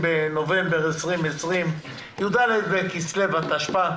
בנובמבר 2020, י"ד בכסלו התשפ"א.